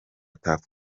tuff